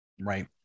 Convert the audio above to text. right